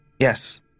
Yes